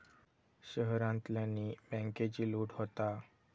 शहरांतल्यानी बॅन्केची लूट होता